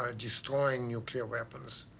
ah destroying nuclear weapons.